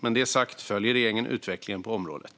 Med det sagt följer regeringen utvecklingen på området.